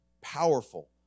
Powerful